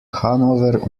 hannover